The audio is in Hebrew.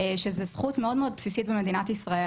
שזה זכות מאוד מאוד בסיסית במדינת ישראל